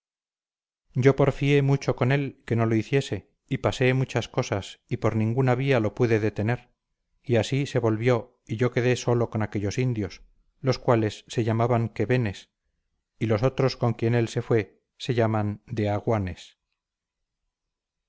yo porfié mucho con él que no lo hiciese y pasé muchas cosas y por ninguna vía lo pude detener y así se volvió y yo quedé solo con aquellos indios los cuales se llamaban quevenes y los otros con quien él se fue se llaman deaguanes